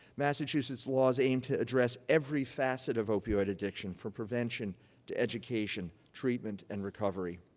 massachusetts laws aim to address every facet of opioid addiction, from prevention to education, treatment, and recovery.